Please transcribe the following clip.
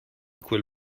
quel